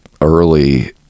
early